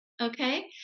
Okay